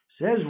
says